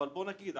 אבל בואו נגיד,